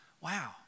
wow